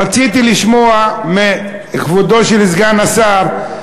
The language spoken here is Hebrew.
רציתי לשמוע מכבודו, סגן השר: